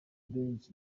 bridge